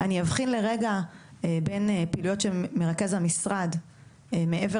אני אבחין לרגע בין פעילויות שמרכז המשרד מעבר